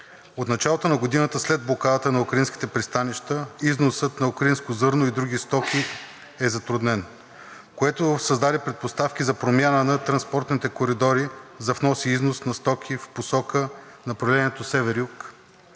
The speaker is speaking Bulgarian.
От началото на годината след блокадата на украинските пристанища, износът на украинско зърно и други стоки е затруднен, което създаде предпоставки за промяна на транспортните коридори за внос и износ на стоки в посока направлението север-юг